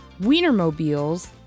wienermobiles